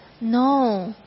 No